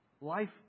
Life